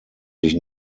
sich